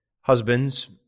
Husbands